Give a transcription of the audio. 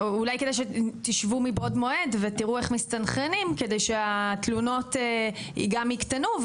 אולי כדאי שתשבו מבעוד מועד ותראו איך מסתנכרנים כדי שהתלונות גם יקטנו,